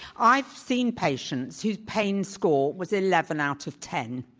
i've seen patients whose pain score was eleven out of ten,